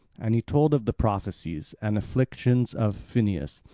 and he told of the prophecies and affliction of phineus,